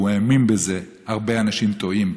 והוא האמין בזה: הרבה אנשים טועים בי.